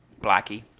Blackie